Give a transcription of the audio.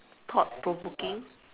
thought provoking